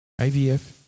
IVF